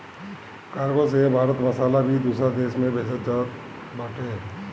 cargo से भारत मसाला भी दूसरा देस में भेजत बाटे